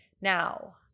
Now